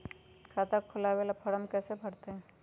खाता खोलबाबे ला फरम कैसे भरतई?